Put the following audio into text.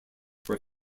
were